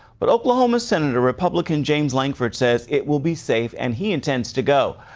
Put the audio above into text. but oklahoma sen. republican james langford says it will be safe and he intends to go.